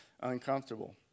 uncomfortable